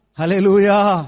Hallelujah